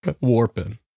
Warping